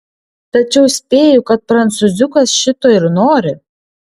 tačiau spėju kad prancūziukas šito ir nori